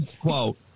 quote